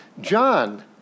John